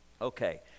Okay